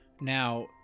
Now